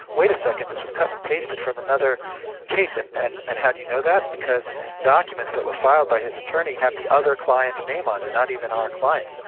wait a second this was cut and pasted from another case. and and and how do you know that? because documents that were filed by his attorney have the other client's name on it, not even our clients.